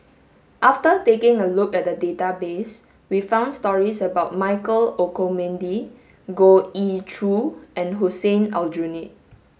after taking a look at database we found stories about Michael Olcomendy Goh Ee Choo and Hussein Aljunied